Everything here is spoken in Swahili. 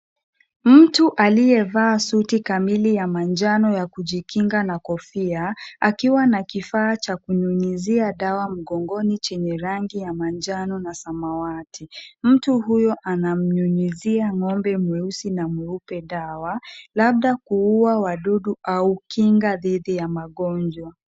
Mtu aliyevaa suti kamili ya manjano ya kujikinga na kofia, akiwa na kifaa cha kunyunyizia dawa mgongoni chenye rangi ya manjano na samawati. Mtu huyo anamnyunyizia ngombe mweusi na mweupe dawa, labda kuua wadudu au kinga dhidi ya magonjwa.